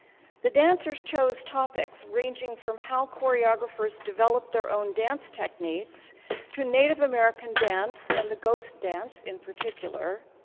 the dancers chose topics ranging from how choreographers develop their own dance techniques to native american dance and the ghost dance in particular,